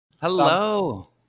Hello